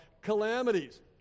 calamities